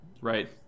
right